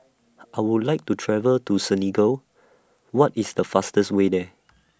I Would like to travel to Senegal What IS The fastest Way There